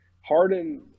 Harden